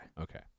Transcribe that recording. Okay